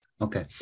Okay